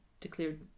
declared